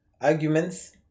arguments